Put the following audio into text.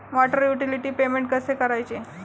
Water utility payment कसे करायचे?